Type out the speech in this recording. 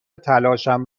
تلاشم